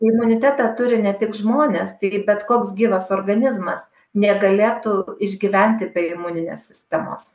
imunitetą turi ne tik žmonės tai bet koks gyvas organizmas negalėtų išgyventi be imuninės sistemos